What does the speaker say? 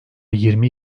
yirmi